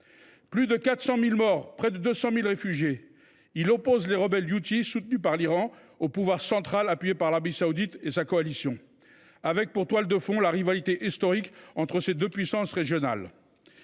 plus de 400 000 morts et près de 200 000 réfugiés. Cette guerre oppose les rebelles houthis, soutenus par l’Iran, au pouvoir central, appuyé par l’Arabie saoudite et sa coalition. On retrouve, en toile de fond, la rivalité historique entre ces deux puissances régionales.